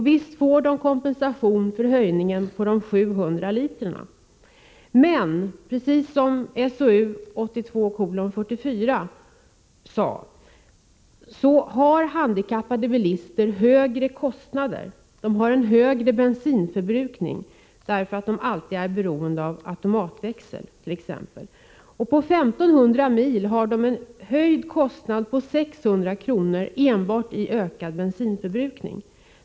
Visst får de kompensation för skattehöjningen på 700 liter bensin, men handikappade bilister har — precis så som det framhölls i SOU 1982:44-— högre kostnader, en högre bensinförbrukning än de flesta andra bilister, därför att de alltid är beroende av automatväxel. På 1500 mils körning har de en merkostnad på 600 kr. beroende enbart på ökad bensinförbrukning.